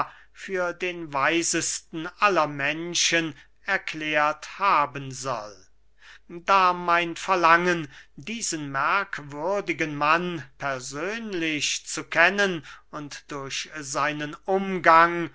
für den weisesten aller menschen erklärt haben soll da mein verlangen diesen merkwürdigen mann persönlich zu kennen und durch seinen umgang